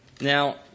Now